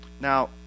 Now